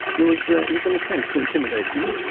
it was ah it was an attempt to intimidate me.